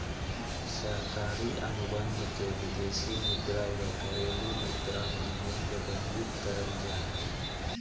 सरकारी अनुबंध के विदेशी मुद्रा या घरेलू मुद्रा मे मूल्यवर्गीत करल जा हय